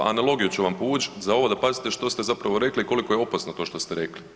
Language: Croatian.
Analogiju ću vam povući za ovo da pazite što ste zapravo rekli i koliko je opasno to što ste rekli.